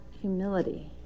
humility